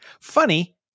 funny